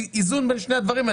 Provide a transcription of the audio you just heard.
זה איזון בין שני הדברים.